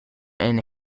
and